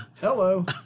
hello